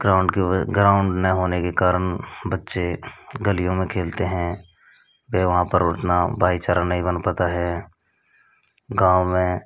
ground की व ground ना होने के कारण बच्चे गलियों में खेलते हैं वह वहाँ पर उतना भाईचारा नहीं बन पाता है गाँव में